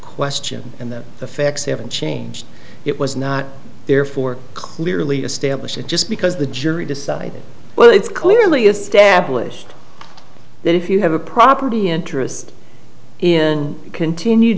question and that the facts haven't changed it was not there for clearly establish it just because the jury decided well it's clearly established that if you have a property interest in continued